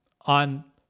on